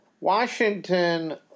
Washington